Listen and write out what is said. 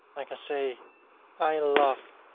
i can say i love